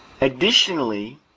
Additionally